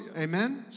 amen